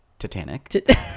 Titanic